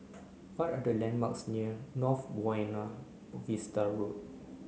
what are the landmarks near North Buona Vista Road